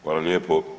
Hvala lijepo.